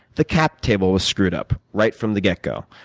the cap table was screwed up right from the get-go,